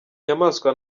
nyamaswa